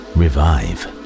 revive